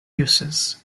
uses